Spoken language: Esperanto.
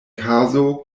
kazo